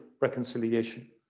reconciliation